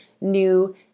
new